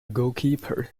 goalkeeper